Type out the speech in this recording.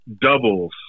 doubles